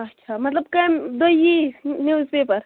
اچھا مطلب کَمہِ دۄہ یی نِوٕز پیپر